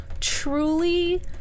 truly